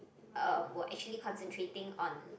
um were actually concentrating on